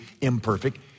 imperfect